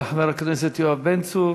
תודה לחבר הכנסת יואב בן צור.